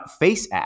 FaceApp